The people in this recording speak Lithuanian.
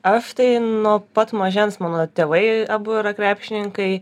aš tai nuo pat mažens mano tėvai abu yra krepšininkai